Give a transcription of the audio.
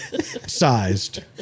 sized